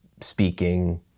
speaking